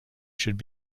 should